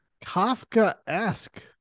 kafka-esque